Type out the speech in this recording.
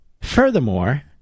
Furthermore